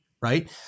right